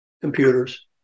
computers